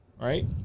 right